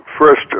First